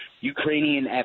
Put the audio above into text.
Ukrainian